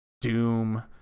doom